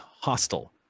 hostile